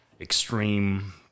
extreme